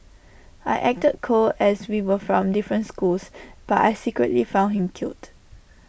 I acted cold as we were from different schools but I secretly found him cute